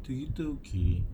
kita kita okay